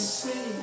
see